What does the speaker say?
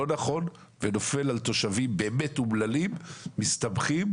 לא נכון ונופל על תושבים באמת אומללים שמסתבכים.